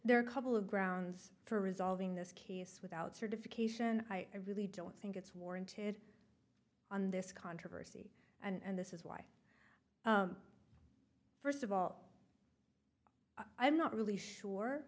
there are a couple of grounds for resolving this case without certification i really don't think it's warranted on this controversy and this is why first of all i'm not really sure